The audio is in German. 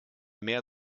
mehr